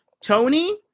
Tony